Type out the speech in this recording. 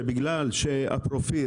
ש"בגלל שהפרופיל,